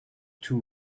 two